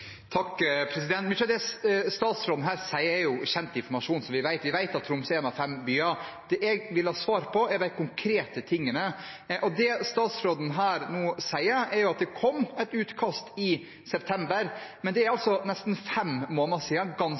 av det statsråden her sier, er kjent informasjon. Vi vet at Tromsø er en av fem byer. Det jeg vil ha svar på, er de konkrete tingene. Det statsråden her nå sier, er at det kom et utkast i september, men det er altså gått nesten fem måneder – ganske